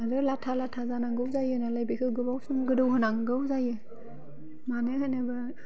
बे लाथा लाथा जानांगौ जायो माने बेखौ गोबाव सम गोदौहोनांगौ जायो मानो होनोबा